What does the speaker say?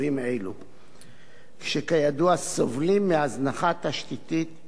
שכידוע סובלים מהזנחה תשתיתית מזה זמן רב.